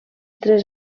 tres